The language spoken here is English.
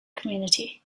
community